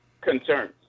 concerns